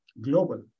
global